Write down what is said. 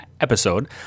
episode